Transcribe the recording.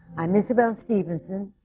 i'm isabelle stevenson,